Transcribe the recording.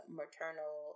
maternal